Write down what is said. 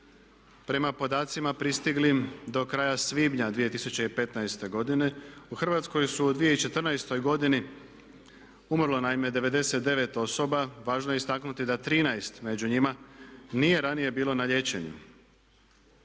Prema podacima pristiglim do kraja svibnja 2015. godine u Hrvatskoj je u 2014. godini umrlo naime 99 osoba. Važno je istaknuti da 13 među njima nije ranije bilo na liječenju.